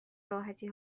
راحتی